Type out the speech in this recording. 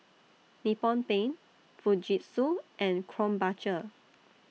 Nippon Paint Fujitsu and Krombacher